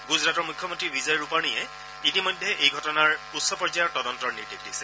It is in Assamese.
গুজৰাটৰ মুখ্যমন্ত্ৰী বিজয় ৰূপাণীয়ে ইতিমধ্যে এই ঘটনাৰ উচ্চ পৰ্যায়ৰ তদন্তৰ নিৰ্দেশ দিছে